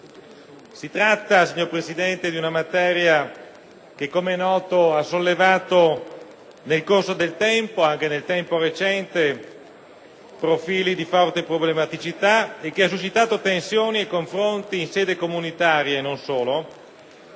Si tratta, signor Presidente, di una materia che - com'è noto - ha sollevato nel corso del tempo, anche recente, profili di forte problematicità e ha suscitato tensioni e confronti in sede comunitaria e non solo,